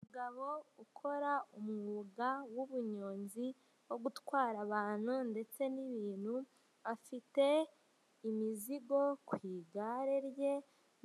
Umugabo ukora umwuga w'ubunyonzi wo gutwara abantu ndetse n'ibintu, afite imizigo ku igare rye,